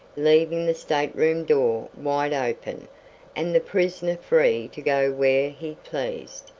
leaving the stateroom door wide open and the prisoner free to go where he pleased.